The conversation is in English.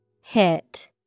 Hit